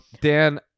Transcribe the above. Dan